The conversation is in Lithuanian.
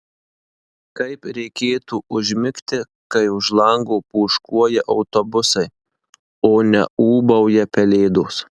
kaip reikėtų užmigti kai už lango pūškuoja autobusai o ne ūbauja pelėdos